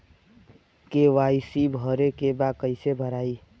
KYC भरे के बा कइसे भराई?